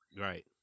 Right